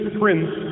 prince